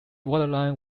waterline